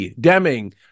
Deming